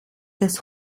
das